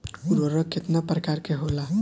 उर्वरक केतना प्रकार के होला?